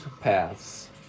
paths